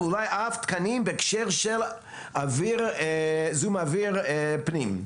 ואולי אף תקנים בהקשר של זיהום אוויר פנים.